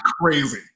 Crazy